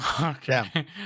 okay